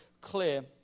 clear